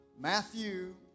Matthew